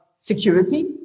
security